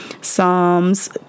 Psalms